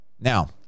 Now